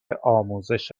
آموزش